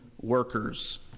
workers